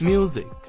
Music